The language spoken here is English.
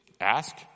ask